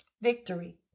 Victory